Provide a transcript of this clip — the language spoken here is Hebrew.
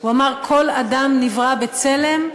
הוא אמר: כל אדם נברא בצלם,